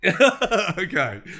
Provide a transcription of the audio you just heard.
Okay